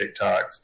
TikToks